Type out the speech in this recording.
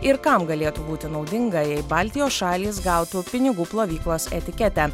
ir kam galėtų būti naudinga jei baltijos šalys gautų pinigų plovyklos etiketę